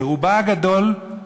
ברובה הגדול,